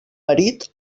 marit